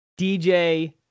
DJ